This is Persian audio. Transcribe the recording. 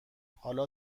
حالا